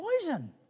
poison